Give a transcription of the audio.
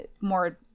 more